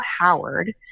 Howard